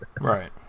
Right